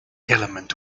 element